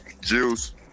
Juice